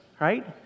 right